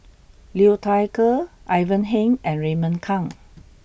Liu Thai Ker Ivan Heng and Raymond Kang